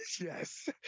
Yes